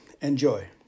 enjoy